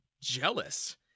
jealous